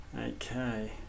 Okay